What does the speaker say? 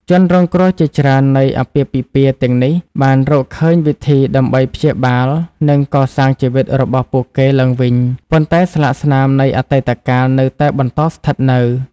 ជនរងគ្រោះជាច្រើននៃអាពាហ៍ពិពាហ៍ទាំងនេះបានរកឃើញវិធីដើម្បីព្យាបាលនិងកសាងជីវិតរបស់ពួកគេឡើងវិញ ប៉ុន្តែស្លាកស្នាមនៃអតីតកាលនៅតែបន្តស្ថិតនៅ។